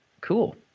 Cool